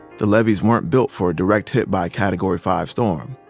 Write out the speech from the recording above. the levees weren't built for a direct hit by a category five storm.